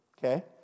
Okay